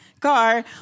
car